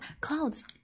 Clouds